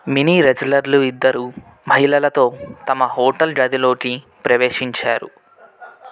mini రెజ్లర్లు ఇద్దరు మహిళలతో తమ హోటల్ గదిలోకి ప్రవేశించారు